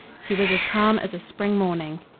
she was as calm as a spring morning.